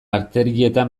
arterietan